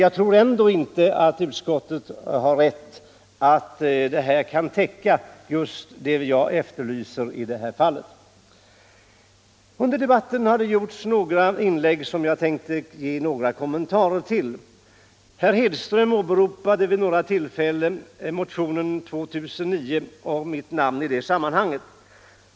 Jag tror ändå inte att utskottet har rätt i att detta kan täcka just det jag efterlyser här. Under debatten har gjorts några inlägg som jag tänkte ge en del kommentarer till. Herr Hedström åberopade vid några tillfällen motionen 2009 och mitt namn i det sammanhanget.